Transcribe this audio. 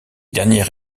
dernier